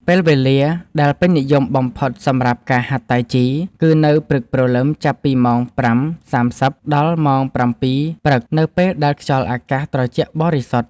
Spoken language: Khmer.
ពេលវេលាដែលពេញនិយមបំផុតសម្រាប់ការហាត់តៃជីគឺនៅព្រឹកព្រលឹម ចាប់ពីម៉ោង ៥:៣០ ដល់ម៉ោង ៧:០០ ព្រឹក នៅពេលដែលខ្យល់អាកាសត្រជាក់បរិសុទ្ធ។